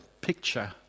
picture